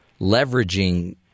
leveraging